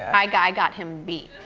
i got got him beat.